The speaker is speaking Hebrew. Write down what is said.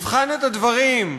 יבחן את הדברים,